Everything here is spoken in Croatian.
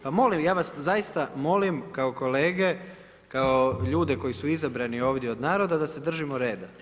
Pa molim, ja vas zaista molim kao kolege, kao ljude koji su izabrani ovdje od naroda da se držimo reda.